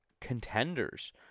contenders